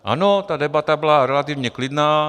Ano, ta debata byla relativně klidná.